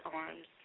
arms